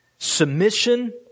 Submission